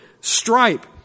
stripe